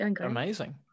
Amazing